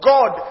God